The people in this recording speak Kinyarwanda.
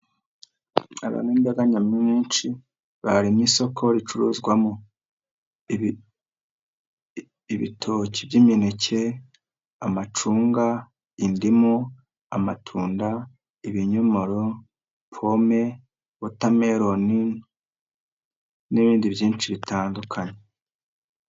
Abantu b'imbaga nyamwinshi baremye isoko ricuruzwamo; ibitoki by'imineke, amacunga, indimu, amatunda, ibinyomoro, pome, wotameroni n'ibindi byinshi bitandukanye.